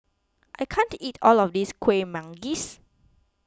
I can't eat all of this Kueh Manggis